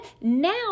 now